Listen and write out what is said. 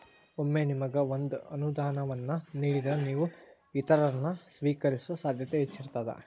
ಒಮ್ಮೆ ನಿಮಗ ಒಂದ ಅನುದಾನವನ್ನ ನೇಡಿದ್ರ, ನೇವು ಇತರರನ್ನ, ಸ್ವೇಕರಿಸೊ ಸಾಧ್ಯತೆ ಹೆಚ್ಚಿರ್ತದ